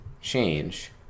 change